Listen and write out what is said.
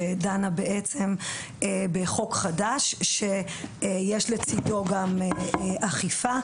שדנה בעצם בחוק חדש שיש לצידו גם אכיפה.